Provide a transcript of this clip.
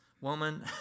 Woman